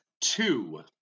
two